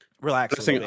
relax